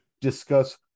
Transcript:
discuss